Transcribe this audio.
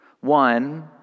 One